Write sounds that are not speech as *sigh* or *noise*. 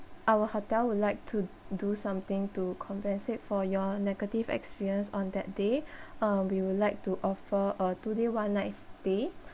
our hotel would like to do something to compensate for your negative experience on that day *breath* uh we would like to offer a two day one night stay